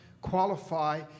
qualify